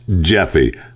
Jeffy